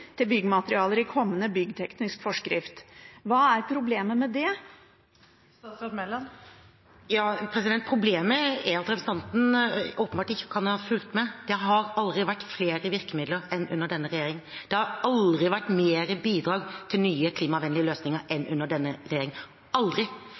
i kommende byggteknisk forskrift. Hva er problemet med det? Problemet er at representanten åpenbart ikke kan ha fulgt med. Det har aldri vært flere virkemidler enn under denne regjeringen. Det har aldri vært mer i bidrag til nye, klimavennlige løsninger enn